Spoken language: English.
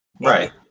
Right